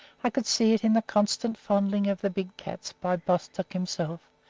i could see it in the constant fondling of the big cats by bostock himself,